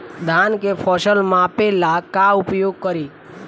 धान के फ़सल मापे ला का उपयोग करी?